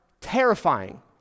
terrifying